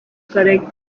correct